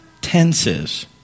tenses